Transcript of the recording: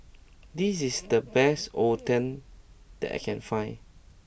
this is the best Oden that I can find